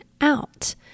out